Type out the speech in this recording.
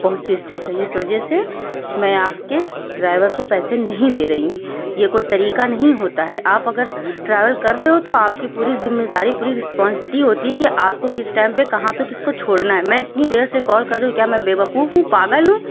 پہنچی اسٹیشن اس وجہ سے میں آپ کے ڈرائیور کو پیسے نہیں دے رہی ہوں یہ کوئی طریقہ نہیں ہوتا ہے آپ اگر ٹریول کر رہے ہو تو آپ کی پوری ذمہ داری پوری رسپونڈیٹی ہوتی ہے کی آپ کو کس ٹائم پہ کہاں پہ کس کو چھوڑنا ہے میں اتنی دیر سے کال کر رہی ہوں کیا میں بے وقوف ہوں پاگل ہوں